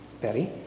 Betty